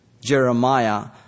Jeremiah